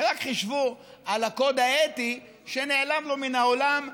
ורק חשבו על הקוד האתי שנעלם לו מן העולם,